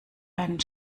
einen